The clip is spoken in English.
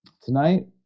tonight